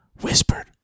whispered